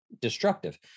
destructive